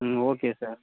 ம் okay sir